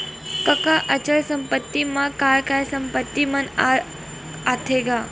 कका अचल संपत्ति मा काय काय संपत्ति मन ह आथे गा?